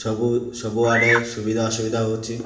ସବୁ ସବୁଆଡ଼େ ସୁବିଧା ଅସୁବିଧା ହେଉଛି